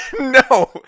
No